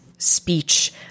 speech